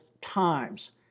times